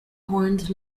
horned